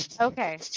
Okay